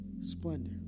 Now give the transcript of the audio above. splendor